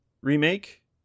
remake